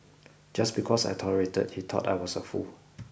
just because I tolerated he thought I was a fool